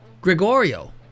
Gregorio